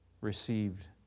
received